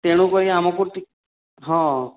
ତେଣୁ କରି ଆମକୁ ଟିକ୍ ହଁ